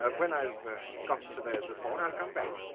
ah when i've got the surveyor's report i'll come back.